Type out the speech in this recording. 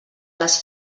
les